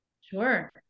sure